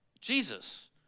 Jesus